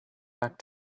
back